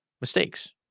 mistakes